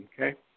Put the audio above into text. Okay